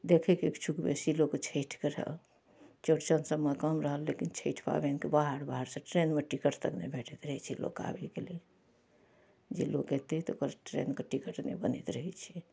देखैके इक्षुक बेसी लोक छठिके रहल चौड़चन सबमे कम रहल लेकिन छठि पाबनिके बाहर बाहर सऽ ट्रेनमे टिकट तक नहि भेटैत रहै छै लोकके आबैक लेल जे लोक अयतै तऽ ट्रेनके टिकट नहि बनैत रहै छै